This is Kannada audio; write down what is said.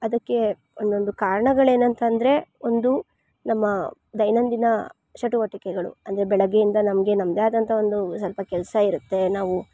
ಅದಕ್ಕೆ ಒಂದೊಂದು ಕಾರಣಗಳೇನಂತ ಅಂದರೆ ಒಂದು ನಮ್ಮ ದೈನಂದಿನ ಚಟುವಟಿಕೆಗಳು ಅಂದರೆ ಬೆಳಿಗ್ಗೆಯಿಂದ ನಮಗೆ ನಮ್ಮದೇ ಆದಂಥ ಒಂದು ಸ್ವಲ್ಪ ಕೆಲಸ ಇರುತ್ತೆ ನಾವು